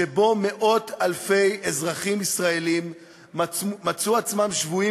שבו מאות-אלפי אזרחים ישראלים מצאו עצמם שבויים